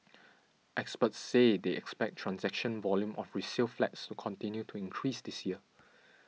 experts say they expect transaction volume of resale flats to continue to increase this year